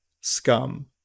scum